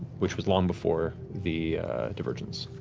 which was long before the divergence.